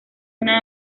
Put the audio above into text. una